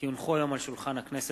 כי הונחו היום על שולחן הכנסת,